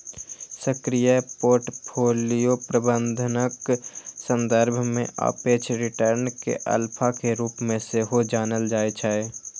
सक्रिय पोर्टफोलियो प्रबंधनक संदर्भ मे सापेक्ष रिटर्न कें अल्फा के रूप मे सेहो जानल जाइ छै